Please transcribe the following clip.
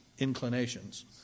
inclinations